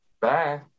Bye